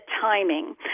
timing